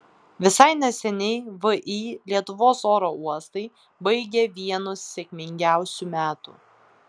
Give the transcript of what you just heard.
visai neseniai vį lietuvos oro uostai baigė vienus sėkmingiausių metų